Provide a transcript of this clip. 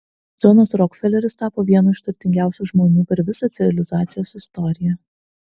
džonas rokfeleris tapo vienu iš turtingiausių žmonių per visą civilizacijos istoriją